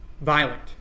Violent